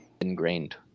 ingrained